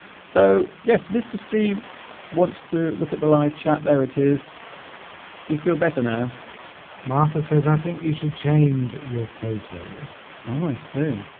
so yes mr. steve wants to look at the live chat there it is do you feel better now martha says i think you should change your photo how ah i see